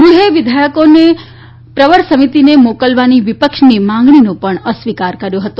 ગૃહે વિધેયકોને પ્રવર સમિતિને મોકલવાની વીપક્ષની માંગણીનો પણ અસ્વીકાર કર્યો હતો